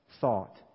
thought